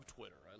Twitter